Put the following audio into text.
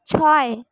ছয়